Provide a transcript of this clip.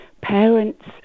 parents